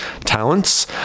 talents